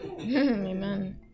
Amen